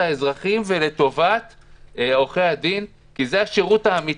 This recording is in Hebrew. האזרחים ולטובת עורכי-הדין כי זה השירות האמיתי.